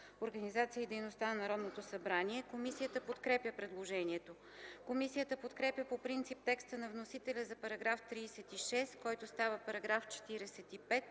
организацията и дейността на Народното събрание. Комисията подкрепя предложението. Комисията подкрепя по принцип текста на вносителя за § 19, който става § 27,